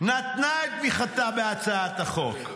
נתנה את תמיכתה בהצעת החוק.